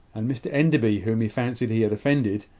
and mr enderby, whom he fancied he had offended,